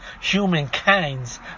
humankind's